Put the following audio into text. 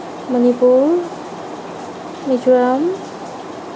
Manipur Mizoram